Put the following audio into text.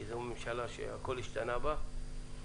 כי זו ממשלה שהכול השתנה בה.